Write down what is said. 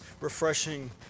refreshing